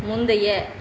முந்தைய